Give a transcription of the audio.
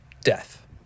death